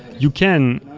you can,